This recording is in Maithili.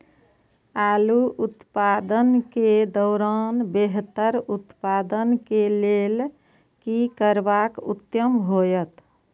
आलू उत्पादन के दौरान बेहतर उत्पादन के लेल की करबाक उत्तम होयत?